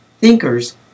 Thinkers